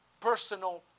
personal